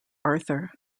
arthur